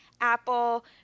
Apple